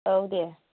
औ दे